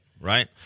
right